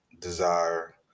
desire